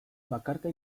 bakarka